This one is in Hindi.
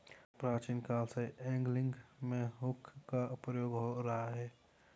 प्राचीन काल से एंगलिंग में हुक का प्रयोग हो रहा है